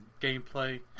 gameplay